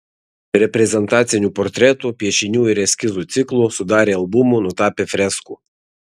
reprezentacinių portretų piešinių ir eskizų ciklų sudarė albumų nutapė freskų